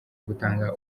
gutanga